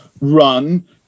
run